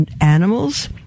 animals